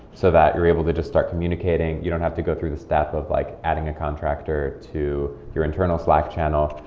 so that you're able to just start communicating. you don't have to go through the step of like adding a contractor to your internal slack channel.